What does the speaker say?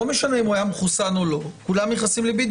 לא משנה אם הוא היה מחוסן או לא כולם נכנסים לבידוד.